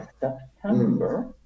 september